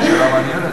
זו שאלה מעניינת.